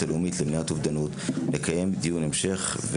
הלאומית למניעת אובדנות ולקיים דיון המשך.